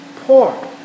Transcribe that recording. poor